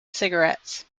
cigarettes